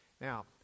Now